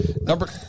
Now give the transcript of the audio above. Number